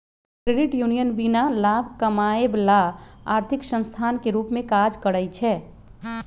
credit union बीना लाभ कमायब ला आर्थिक संस्थान के रूप में काज़ करइ छै